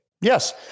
Yes